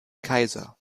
kaiser